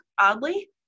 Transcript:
Oddly